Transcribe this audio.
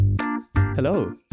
Hello